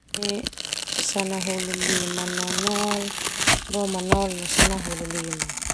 Sanahulu lima no nol, boma nol no sanahulu lima.